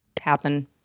happen